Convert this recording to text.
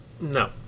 No